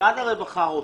משרד הרווחה רוצה,